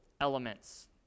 elements